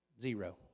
Zero